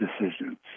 decisions